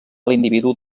l’individu